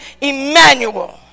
Emmanuel